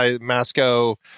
masco